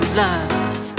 love